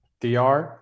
DR